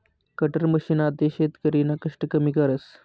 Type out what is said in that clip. cutter machine आते शेतकरीना कष्ट कमी करस